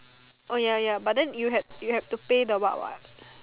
oh ya ya but then you had you have to pay the what what